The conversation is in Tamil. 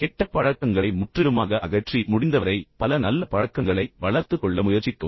கெட்ட பழக்கங்களை முற்றிலுமாக அகற்றி முடிந்தவரை பல நல்ல பழக்கங்களை வளர்த்துக் கொள்ள முயற்சிக்கவும்